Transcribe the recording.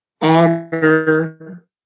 honor